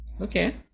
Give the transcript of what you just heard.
Okay